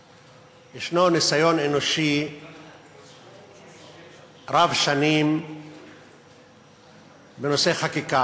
יש ניסיון אנושי רב-שנים בנושא חקיקה,